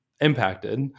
impacted